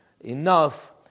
enough